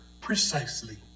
Precisely